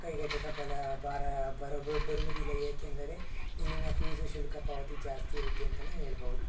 ಕೈಗೆಟುಕಬಲ್ಲ ಬರುವುದಿಲ್ಲ ಏಕೆಂದರೆ ಇಲ್ಲಿನ ಫೀಸು ಶುಲ್ಕ ಪಾವತಿ ಜಾಸ್ತಿ ಇರುತ್ತೆ ಅಂತಲೇ ಹೇಳ್ಬೋದು